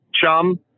chum